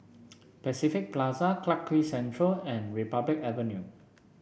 Pacific Plaza Clarke Quay Central and Republic Avenue